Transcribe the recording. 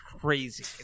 crazy